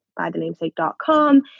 bythenamesake.com